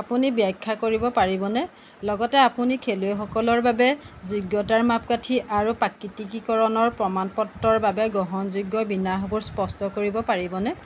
আপুনি ব্যাখ্যা কৰিব পাৰিবনে লগতে আপুনি খেলুৱৈসকলৰ বাবে যোগ্যতাৰ মাপকাঠি আৰু প্ৰাকৃতিকীকৰণৰ প্ৰমাণপত্ৰৰ বাবে গ্ৰহণযোগ্য বিন্যাসবোৰ স্পষ্ট কৰিব পাৰিবনে